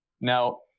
Now